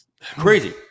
crazy